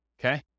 okay